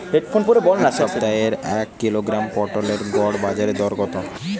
এ সপ্তাহের এক কিলোগ্রাম পটলের গড় বাজারে দর কত?